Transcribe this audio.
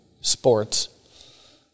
sports